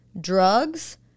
drugs